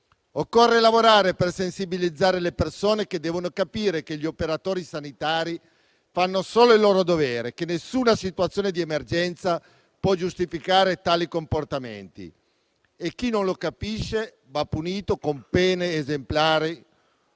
Occorre lavorare per sensibilizzare le persone, che devono capire che gli operatori sanitari fanno solo il loro dovere e nessuna situazione di emergenza può giustificare tali comportamenti. Chi non lo capisce va punito con pene esemplari,